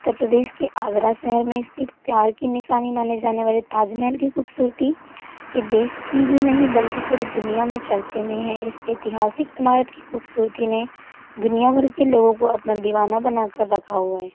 उत्तर प्रदेश के आगरा शहर में स्तिथ प्यार की निशानी माने जाने वाले ताजमहल की खूबसूरती की देश की ही नहीं बल्कि पूरी दुनिया में चर्चे में है इस ऐतिहासिक इमारत की खूबसूरती ने दुनिया भर के लोगों को अपना दीवाना बना कर रखा हुआ है